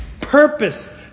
Purpose